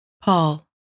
Paul